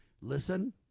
Listen